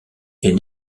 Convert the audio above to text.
est